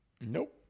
Nope